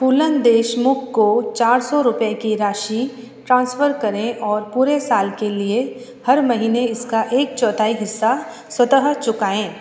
फूलन देशमुख को चार सौ रुपये की राशि ट्रांसफ़र करें और पूरे साल के लिए हर महीने इसका एक चौथाई हिस्सा स्वतः चुकाएं